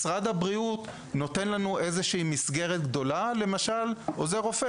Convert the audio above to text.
משרד הבריאות נותן לנו איזו שהיא מסגרת גדולה שאומרת שעוזר רופא,